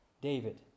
David